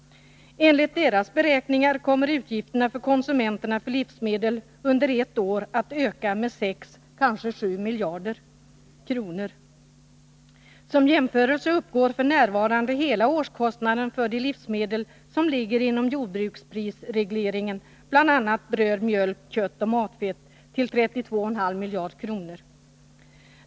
Enligt tidningens beräkningar kommer konsumenternas utgifter för livsmedel under ett år att öka med 6 kanske 7 miljarder kronor. Som jämförelse kan nämnas att hela årskostnaden för de livsmedel som ligger inom jordbruksprisregleringen — bl.a. bröd, mjölk, kött och matfett — f. n. uppgår till 32,5 miljarder kronor.